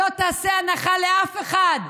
שלא תעשה הנחה לאף אחד.